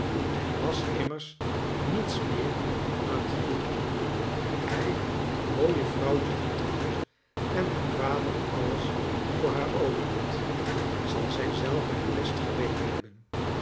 er was immers niets meer aan te doen nu hij het mooie vrouwtje getrouwd en haar vader alles voor haar over had zal zij zelve het best geweten hebben